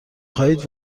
خواهید